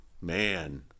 Man